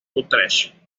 utrecht